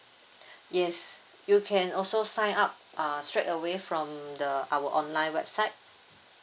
yes you can also sign up err straight away from the our online website